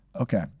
Okay